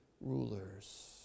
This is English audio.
rulers